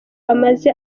amaze